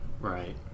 Right